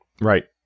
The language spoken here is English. Right